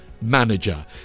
Manager